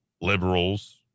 Liberals